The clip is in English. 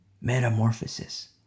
Metamorphosis